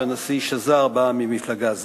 כי הנשיא שזר בא ממפלגה זו.